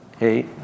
eight